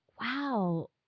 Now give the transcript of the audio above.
wow